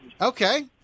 Okay